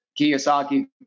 Kiyosaki